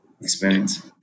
experience